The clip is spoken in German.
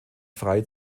frei